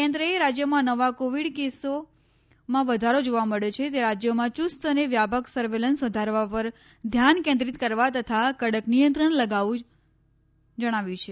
કેન્દ્રએ જે રાજ્યોમાં નવા કોવિડ કેસોમાં વધારો જોવા મળ્યો છે તે રાજ્યોમાં યુસ્ત અને વ્યાપક સર્વેલન્સ વધારવા પર ધ્યાન કેન્દ્રીત કરવા તથા કડક નિયંત્રણ લગાવવા જણાવ્યું છે